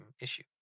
issue